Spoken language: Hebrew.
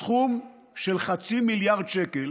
הסכום של חצי מיליארד שקל